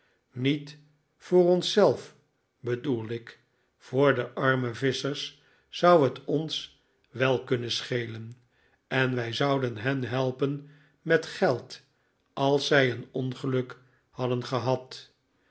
niet voor ons zelf bedoel ik voor de arrne visschers zou het ons wel kunnen schelen en wij zouden hen helpen met geld als zij een ongeluk hadden gehad